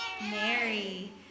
Mary